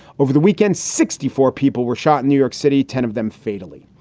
over the weekend, sixty four people were shot in new york city, ten of them fatally.